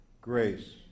Grace